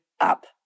up